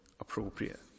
appropriate